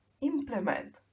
implement